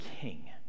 king